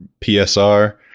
PSR